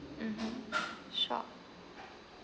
mmhmm sure